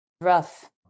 rough